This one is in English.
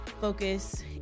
focus